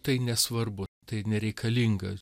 tai nesvarbu tai nereikalinga